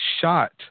shot